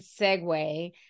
segue